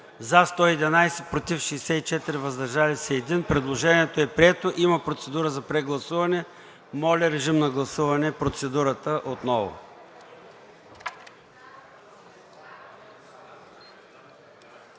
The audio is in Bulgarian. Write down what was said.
за 111, против 64, въздържал се 1. Предложението е прието. Има процедура за прегласуване. Моля, режим на гласуване процедурата отново.